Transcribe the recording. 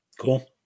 Cool